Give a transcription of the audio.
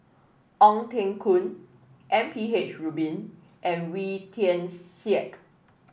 Ong Teng Koon M P H Rubin and Wee Tian Siak